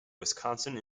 wisconsin